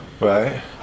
Right